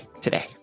today